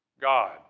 God